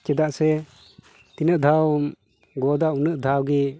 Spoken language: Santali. ᱪᱮᱫᱟᱜ ᱥᱮ ᱛᱤᱱᱟᱹᱜ ᱫᱷᱟᱣᱮᱢ ᱜᱚᱫᱟ ᱩᱱᱟᱹᱜ ᱫᱷᱟᱣ ᱜᱮ